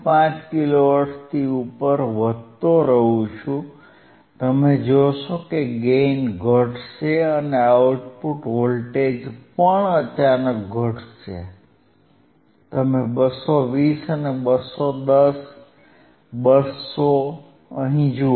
5 kilo હર્ટ્ઝથી ઉપર વધતો રહું છું તમે જોશો કે ગેઇન ઘટશે અને આઉટપુટ વોલ્ટેજ પણ અચાનક ઘટશે તમે 220 અને 210 200 જુઓ